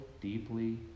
deeply